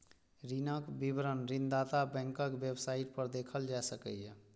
ऋणक विवरण ऋणदाता बैंकक वेबसाइट पर देखल जा सकैए